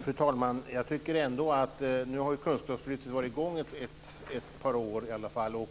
Fru talman! Nu har ju Kunskapslyftet varit i gång ett par år i alla fall.